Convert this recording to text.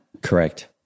Correct